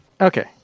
Okay